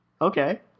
okay